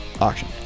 Auction